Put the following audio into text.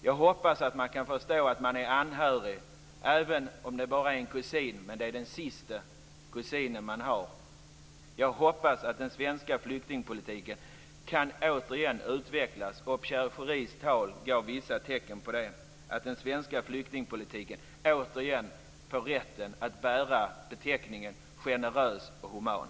Jag hoppas att man kan förstå att även en kusin är anhörig; det kanske är den sista kusinen. Jag hoppas att den svenska flyktingpolitiken återigen kan utvecklas. I Pierre Schoris tal fanns vissa tecken på att den svenska flyktingpolitiken återigen får rätten att bära beteckningen generös och human.